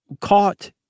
caught